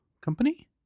company